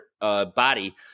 body